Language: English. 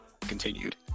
continued